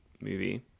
movie